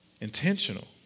intentional